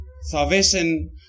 Salvation